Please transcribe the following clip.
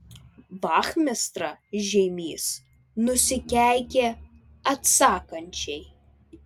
vachmistra žeimys nusikeikė atsakančiai